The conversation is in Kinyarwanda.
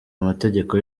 amategeko